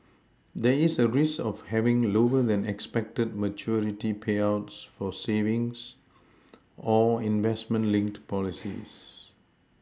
there is a risk of having lower than expected maturity payouts for savings or investment linked policies